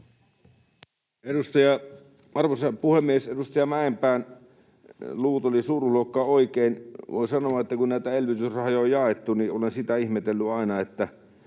Arvoisa puhemies! Edustaja Mäenpään luvut olivat suuruusluokaltaan oikein. Voin sanoa, että kun näitä elvytysrahoja on jaettu, olen sitä ihmetellyt aina, että